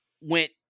went